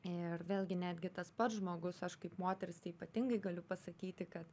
ir vėlgi netgi tas pats žmogus aš kaip moteri tais ypatingai galiu pasakyti kad